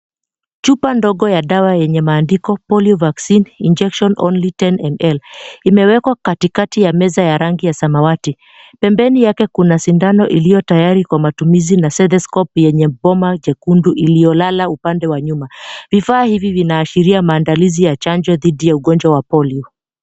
Chupa ndogo ya dawa yenye maandiko Polio Vaccine Injection Only 10ml , imewekwa katikati ya meza ya rangi ya samawati. Pembeni yake kuna sindano iliyo tayari kwa matumizi na Stethoscope yenye mkoma jekundu iliyolala upande wa nyuma. Vifaa hizi zinaashiria maandalizi ya chanjo dhidhi ya ugonjwa wa poli.